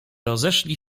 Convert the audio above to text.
rozeszli